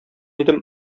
идем